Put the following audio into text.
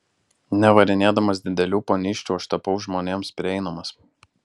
nevarinėdamas didelių ponysčių aš tapau žmonėms prieinamas